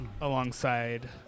alongside